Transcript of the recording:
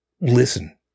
listen